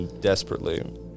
desperately